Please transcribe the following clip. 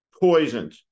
poisoned